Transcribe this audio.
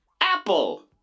Apple